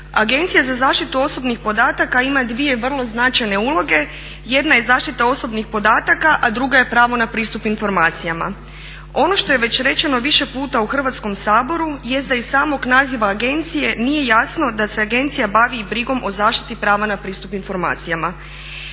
Agencija za zaštitu osobnih podataka ima dvije vrlo značajne uloge. Jedna je zaštita osobnih podataka, a druga je pravo na pristup informacijama. Ono što je već rečeno više puta u Hrvatskom saboru jest da iz samog naziva agencije nije jasno da se agencija bavi i brigom o zaštiti prava na pristup informacijama.